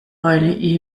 eine